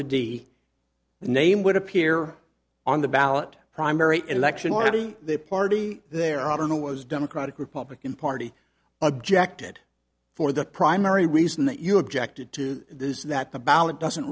the name would appear on the ballot primary election already the party there who was democratic republican party objected for the primary reason that you objected to those that the ballot doesn't